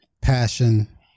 passion